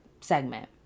segment